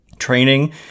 training